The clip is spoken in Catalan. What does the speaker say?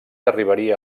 arribaria